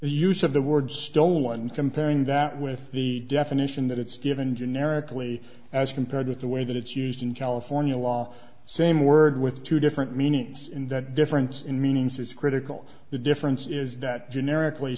of the word stolen and comparing that with the definition that it's given generically as compared with the way that it's used in california law same word with two different meanings and that difference in meanings is critical the difference is that generically